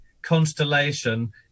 constellation